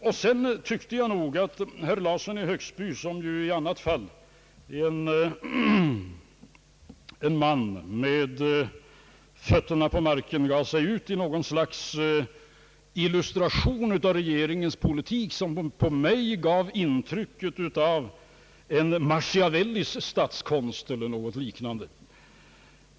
Jag tyckte nog att herr Larsson i Högsby, som ju i annat fall är en man med fötterna på marken, gav sig ut i något slags illustration av regeringens politik, som på mig gav intrycket av en machiavellisk statskonst eller något liknande.